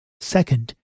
second